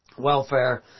welfare